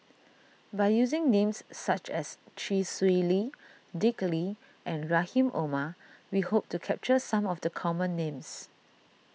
by using names such as Chee Swee Lee Dick Lee and Rahim Omar we hope to capture some of the common names